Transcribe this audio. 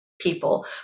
people